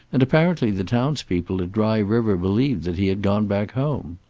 and apparently the townspeople at dry river believed that he had gone back home.